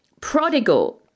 prodigal